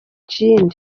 kimwe